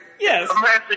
Yes